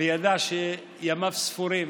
וידע שימיו ספורים.